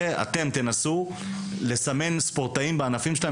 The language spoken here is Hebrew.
שתנסו לסמן ספורטאים על פי תרומתם בענפים,